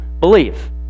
believe